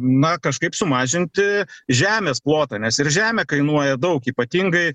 na kažkaip sumažinti žemės plotą nes ir žemė kainuoja daug ypatingai